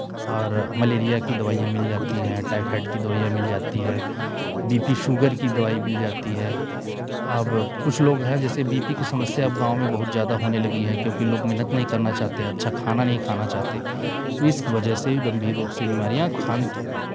और मलेरिया की दवाइयाँ मिल जाती हैं टायफॉईड की दवाइयाँ मिल जाती हैं बी पी शुगर की दवाई मिल जाती है अब कुछ लोग हैं जैसे बी पी की समस्या अब गाँव में बहुत ज्यादा होने लगी हैं क्योंकि लोग मेहनत नहीं करना चाहते हैं अच्छा खाना नहीं खाना चाहते तो इस वजह से गंभीर रूप से बीमारियाँ खान